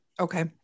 Okay